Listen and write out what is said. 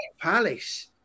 Palace